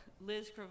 Liz